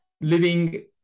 living